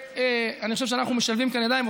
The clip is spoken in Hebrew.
ואני חושב שאנחנו משלבים כאן ידיים,